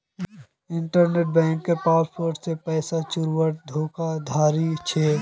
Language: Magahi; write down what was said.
इन्टरनेट बन्किंगेर पासवर्ड से पैसा चुराना धोकाधाड़ी छे